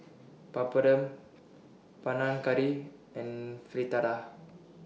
Papadum Panang Curry and Fritada